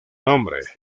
nombre